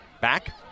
Back